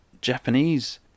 Japanese